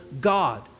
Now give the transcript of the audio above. God